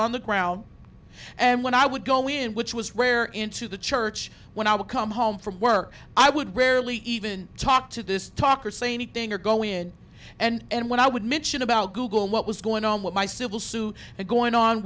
on the ground and when i would go in which was rare into the church when i would come home from work i would rarely even talk to this talk or say meeting or go in and when i would mention about google what was going on with my civil suit and going on